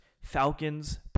Falcons